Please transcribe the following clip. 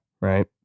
right